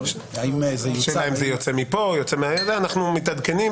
אנחנו מתעדכנים.